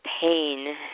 pain